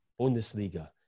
Bundesliga